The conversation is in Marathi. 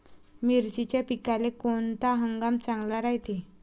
मिर्चीच्या पिकाले कोनता हंगाम चांगला रायते?